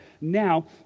now